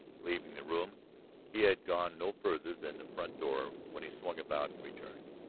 leaving the room he had gone no farther than the front door when he swung about and returned.